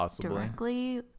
directly